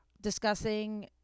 discussing